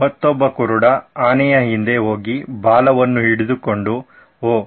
ಮತ್ತೊಬ್ಬ ಕುರುಡ ಆನೆಯ ಹಿಂದೆ ಹೋಗಿ ಬಾಲವನ್ನು ಹಿಡಿದುಕೊಂಡು ಓಹ್